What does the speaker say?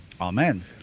Amen